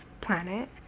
planet